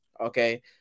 Okay